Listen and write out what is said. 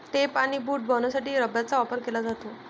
tape आणि boot बनवण्यासाठी रबराचा वापर केला जातो